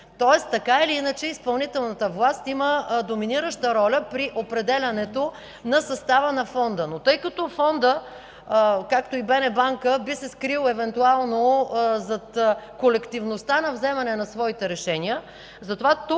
тоест така или иначе изпълнителната власт има доминираща роля при определянето на състава на Фонда. Но тъй като Фондът, както и БНБанка, би се скрил евентуално зад колективността на вземане на своите решения,